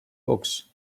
books